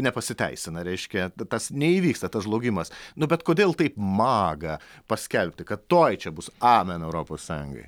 nepasiteisina reiškia tas neįvyksta tas žlugimas nu bet kodėl taip maga paskelbti kad tuoj čia bus amen europos sąjungai